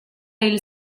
hil